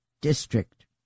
district